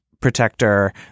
protector